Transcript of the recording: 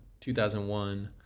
2001